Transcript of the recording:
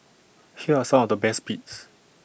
here are some of the best bits